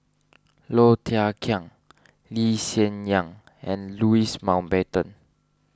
Low Thia Khiang Lee Hsien Yang and Louis Mountbatten